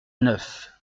neuf